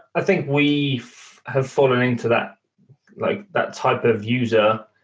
i think we have fallen into that like that type of user,